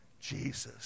Jesus